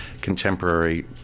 contemporary